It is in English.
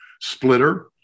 splitter